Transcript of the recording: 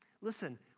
Listen